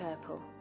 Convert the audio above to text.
purple